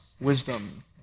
Wisdom